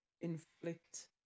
inflict